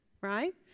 right